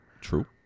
True